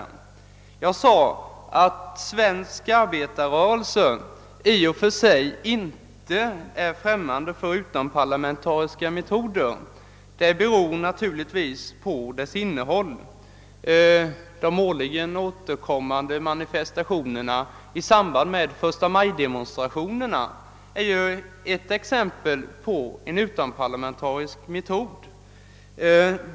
Jag sade att svensk arbetarrörelse i och för sig inte står främmande för utomparlamentariska metoder. Det beror i varje särskilt fall på vad man vill åstadkomma och vilka former de utomparlamentariska metoderna tar sig. De årligen återkommande manifestationer som förstamajdemonstrationerna utgör är ju ett sådant exempel härpå som den svenska = arbetarrörelsen «accepterar.